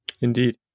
Indeed